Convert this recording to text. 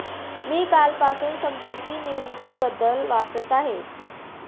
मी कालपासून संपत्ती निर्मितीबद्दल वाचत आहे